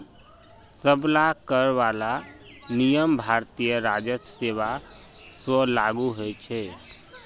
सब ला कर वाला नियम भारतीय राजस्व सेवा स्व लागू होछे